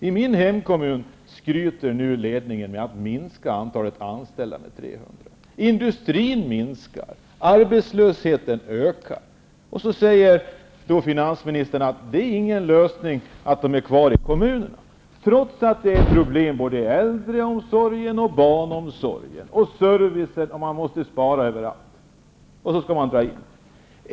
I min hemkommun skryter ledningen med att man minskar antalet anställda med 300. Industrin minskar, arbetslösheten ökar. Då säger finansministern att det inte är någon lösning att de anställda är kvar i kommunen trots att det är problem med äldreomsorgen, barnomsorgen och servicen. Man måste spara överallt och dra in.